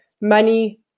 money